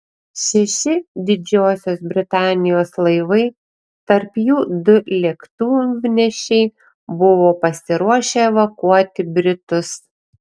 šeši didžiosios britanijos laivai tarp jų du lėktuvnešiai buvo pasiruošę evakuoti britus